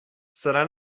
serà